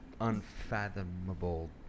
unfathomable